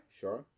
sure